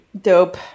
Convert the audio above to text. Dope